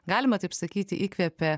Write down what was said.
galima taip sakyti įkvėpė